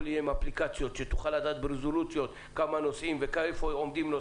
יהיה עם אפליקציות ותוכל לדעת ברזולוציות כמה נוסעים והיכן הם עומדים,